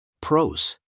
Pros